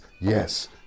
yes